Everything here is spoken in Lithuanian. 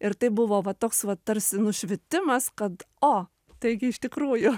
ir tai buvo va toks va tarsi nušvitimas kad o taigi iš tikrųjų